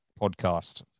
podcast